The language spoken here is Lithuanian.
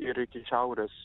ir iki šiaurės